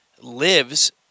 lives